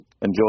enjoy